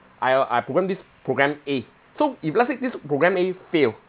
I'll I programme this programme a so if let's say this programme a fail